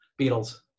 Beatles